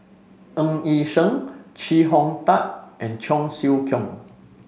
Ng Yi Sheng Chee Hong Tat and Cheong Siew Keong